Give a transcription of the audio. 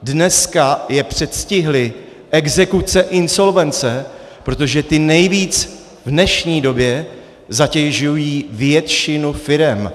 Dneska je předstihly exekuce, insolvence, protože ty nejvíc v dnešní době zatěžují většinu firem.